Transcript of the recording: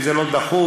אם זה לא דחוף,